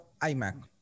iMac